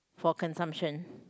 for consumption